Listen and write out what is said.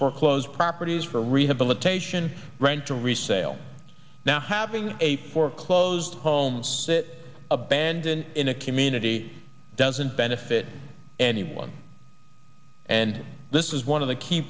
foreclosed properties for rehabilitation rental resale now having a foreclosed homes that are abandoned in a community doesn't benefit anyone and this is one of the key